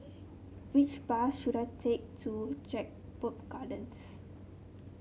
which bus should I take to Jedburgh Gardens